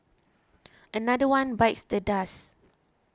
another one bites the dust